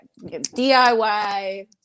DIY